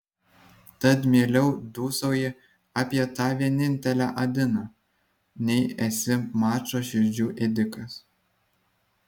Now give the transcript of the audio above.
tad mieliau dūsauji apie tą vienintelę adiną nei esi mačo širdžių ėdikas